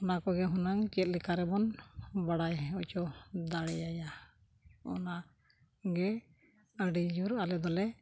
ᱚᱱᱟ ᱠᱚᱜᱮ ᱦᱩᱱᱟᱹᱝ ᱪᱮᱫ ᱞᱮᱠᱟ ᱨᱮᱵᱚᱱ ᱵᱟᱲᱟᱭ ᱦᱚᱪᱚ ᱫᱟᱲᱮᱣᱟᱭᱟ ᱚᱱᱟᱜᱮ ᱟᱹᱰᱤᱡᱳᱨ ᱟᱞᱮ ᱫᱚᱞᱮ